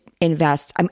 Invest